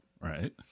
Right